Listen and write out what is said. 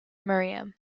merriam